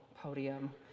podium